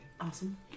Awesome